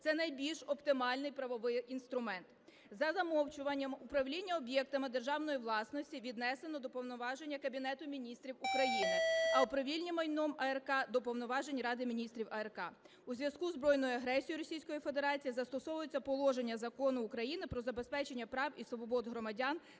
це найбільш оптимальний правовий інструмент. За замовчуванням управління об'єктами державної власності віднесено до повноважень Кабінету Міністрів України, а управління майном АРК – до повноважень Ради Міністрів АРК. У зв'язку зі збройною агресією Російської Федерації застосовується положення Закону України "Про забезпечення прав і свобод громадян